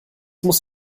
muss